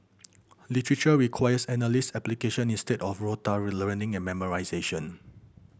literature requires analysis and application instead of learning and memorisation